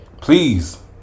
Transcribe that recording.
Please